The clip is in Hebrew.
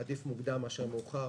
עדיף מוקדם מאשר מאוחר.